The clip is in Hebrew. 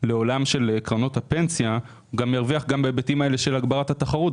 לעולם של קרנות הפנסיה הוא גם ירוויח בהיבטים האלה של הגברת התחרות.